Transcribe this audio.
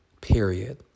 period